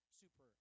super